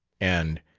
and,